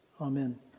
Amen